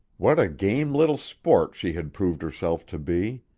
what a game little sport she had proved herself to be!